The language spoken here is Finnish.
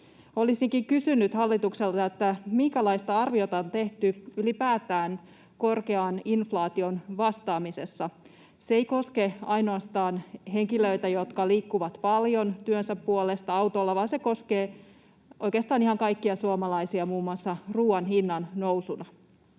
Olisinkin kysynyt hallitukselta, minkälaista arviota on tehty ylipäätään korkeaan inflaatioon vastaamisessa. Se ei koske ainoastaan henkilöitä, jotka liikkuvat paljon työnsä puolesta autolla, vaan se koskee oikeastaan ihan kaikkia suomalaisia muun muassa ruuan hinnan nousuna.